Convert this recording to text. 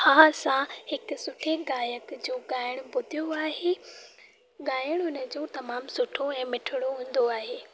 हा असां हिकु सुठे गायक जो ॻाइणु ॿुधो आहे ॻाइणु उन जो तमामु सुठो ऐं मिठिड़ो हूंदो आहे